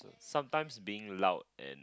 sometimes being loud and